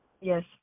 Yes